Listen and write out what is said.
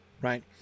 right